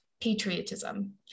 patriotism